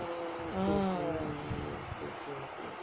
mm